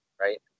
right